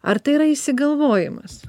ar tai yra išsigalvojimas